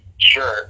Sure